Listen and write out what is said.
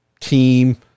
team